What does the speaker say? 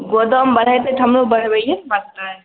गोदाम बढ़ेतै तऽ हमरो बढ़बैए ने पड़तै